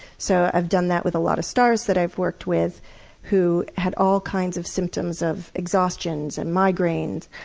so i've done that with a lot of stars that i've worked with who had all kinds of symptoms of exhaustions and migraines,